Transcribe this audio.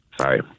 sorry